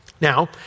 Now